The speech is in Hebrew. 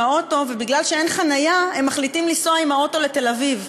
האוטו ומכיוון שאין חניה הם מחליטים לנסוע עם האוטו לתל-אביב?